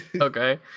okay